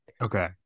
Okay